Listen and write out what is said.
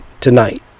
tonight